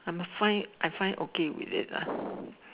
I'm fine I find okay with it lah